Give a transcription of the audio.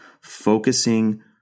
focusing